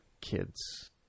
kids